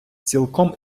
цілком